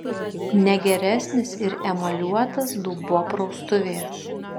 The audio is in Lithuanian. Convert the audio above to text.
ne geresnis ir emaliuotas dubuo praustuvėje